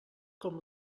com